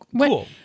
cool